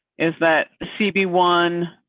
is that cb? one.